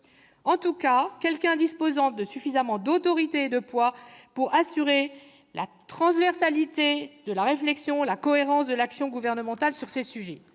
état de cause, celui qui disposerait de suffisamment d'autorité et de poids pour assurer la transversalité de la réflexion et la cohérence de l'action gouvernementale sur ces sujets